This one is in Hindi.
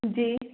जी